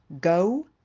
Go